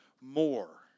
more